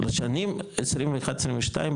לשנים 21-22,